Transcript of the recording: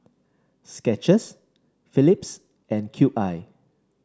Skechers Phillips and Cube I